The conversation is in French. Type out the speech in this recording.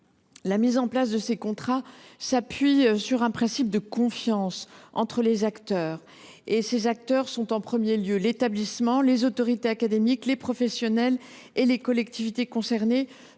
la mise en place de ces contrats s’appuie sur un principe de confiance entre les acteurs, qui sont, en premier lieu, l’établissement, les autorités académiques, les professionnels et les collectivités concernées.